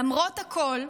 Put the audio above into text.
למרות הכול,